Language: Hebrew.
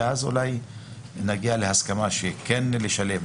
אולי נגיע להסכמה שכן לשלב,